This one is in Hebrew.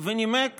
ונימק